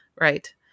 right